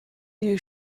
you